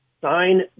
sign